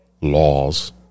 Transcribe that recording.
laws